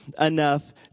enough